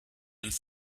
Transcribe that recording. and